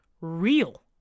real